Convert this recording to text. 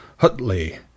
Hutley